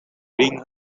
bring